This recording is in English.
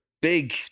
big